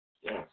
Yes